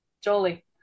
Jolie